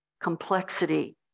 complexity